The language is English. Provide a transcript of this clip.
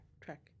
track